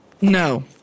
No